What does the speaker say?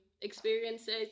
experiences